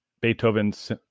Beethoven's